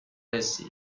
رسید